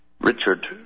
Richard